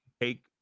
take